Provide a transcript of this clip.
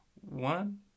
One